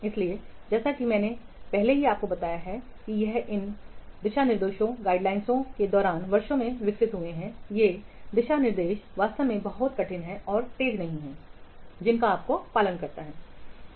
इसलिए जैसा कि मैंने पहले ही आपको बताया है या इन दिशा निर्देशों के दौरान वर्षों में विकसित हुए हैं ये दिशानिर्देश वास्तव में बहुत कठिन और तेज़ नहीं हैं जिनका आपको पालन करना होगा